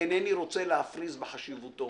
אינני רוצה להפריז בחשיבותו,